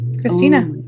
Christina